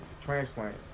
transplant